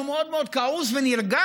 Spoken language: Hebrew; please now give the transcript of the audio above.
שהוא מאוד מאוד כעוס ונרגז,